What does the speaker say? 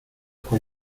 con